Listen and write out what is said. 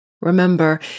Remember